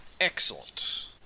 Excellent